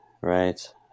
right